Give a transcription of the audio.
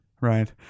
Right